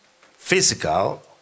physical